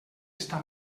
està